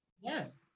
Yes